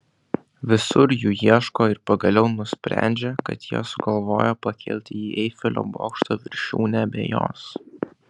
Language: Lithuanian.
visur jų ieško ir pagaliau nusprendžia kad jie sugalvojo pakilti į eifelio bokšto viršūnę be jos